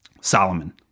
Solomon